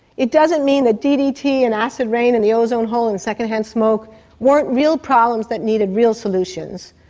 it doesn't mean that ddt and acid rain and the ozone hole and second-hand smoke weren't real problems that needed real solutions,